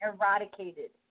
eradicated